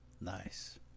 Nice